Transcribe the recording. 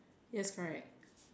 yes correct